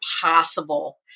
possible